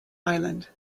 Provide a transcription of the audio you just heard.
island